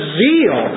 zeal